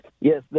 Yes